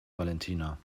valentina